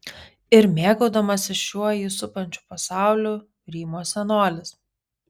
ir mėgaudamasis šiuo jį supančiu pasauliu rymo senolis